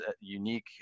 unique